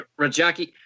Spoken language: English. Rajaki